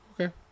Okay